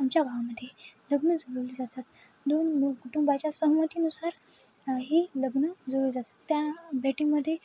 आमच्या गावामध्ये लग्न जुळवली जातात दोन कुटुंबाच्या सहमतीनुसार हे लग्न जुळ जातात त्या भेटीमध्ये